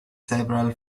several